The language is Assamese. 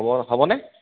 হ'ব হ'বনে